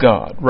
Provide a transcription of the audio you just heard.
God